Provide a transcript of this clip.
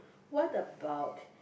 what about